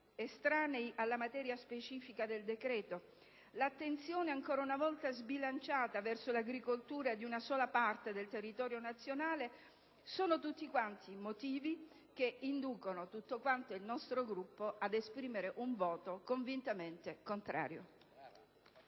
estranei alla materia specifica del decreto-legge, l'attenzione ancora una volta sbilanciata verso l'agricoltura di una sola parte del territorio nazionale sono tutti motivi che inducono tutto il nostro Gruppo a esprimere un voto convintamente contrario.